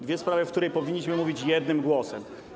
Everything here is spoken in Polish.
Dwie sprawy, w których powinniśmy mówić jednym głosem.